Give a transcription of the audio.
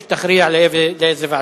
שתכריע לאיזו ועדה.